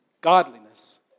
godliness